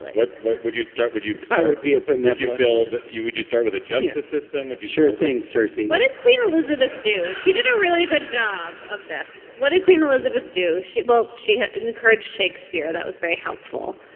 what what would you start with you? i would be a big but nephew build you. would you start with the justice system? would you share things? searcy what it queen elizabeth do? she did a really good job of this. what did queen elizabeth do? she well, she had encouraged shakespeare. that was very helpful.